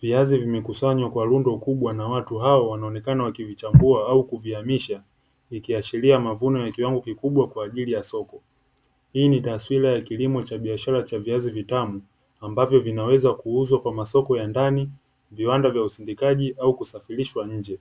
viazi vimekusanywa kwa rundo kubwa na watu hao wakichambua au kuviamisha ikiashiria mavuno makubwa kwa ajili ya soko. Hii inashiria kilimo cha biashara cha viazi vitamu, ambavyo vinaweza kuuzwa kwa masoko ya ndani viwanda vya usindikaji au kusafirishwa nje.